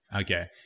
Okay